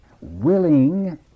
Willing